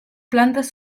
plantes